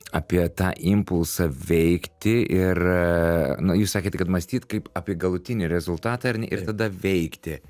apie tą impulsą veikti ir na jūs sakėte kad mąstyt kaip apie galutinį rezultatą ir tada veikti